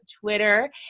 Twitter